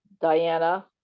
Diana